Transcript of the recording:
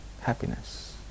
happiness